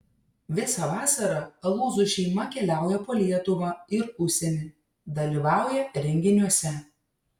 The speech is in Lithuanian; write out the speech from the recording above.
visą vasarą alūzų šeima keliauja po lietuvą ir užsienį dalyvauja renginiuose